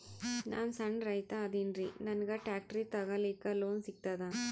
ನಾನ್ ಸಣ್ ರೈತ ಅದೇನೀರಿ ನನಗ ಟ್ಟ್ರ್ಯಾಕ್ಟರಿ ತಗಲಿಕ ಲೋನ್ ಸಿಗತದ?